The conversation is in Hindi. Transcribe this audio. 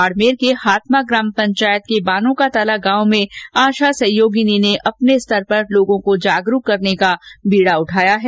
बाड़मेर के हाथमा ग्राम पंचायत के बानों का तला गांव में आशा सहयोगिनी ने अपने स्तर पर लोगों को जागरूक करने का बीड़ा उठाया है